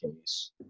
case